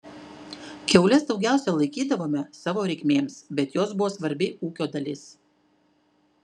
kiaules daugiausiai laikydavome savo reikmėms bet jos buvo svarbi ūkio dalis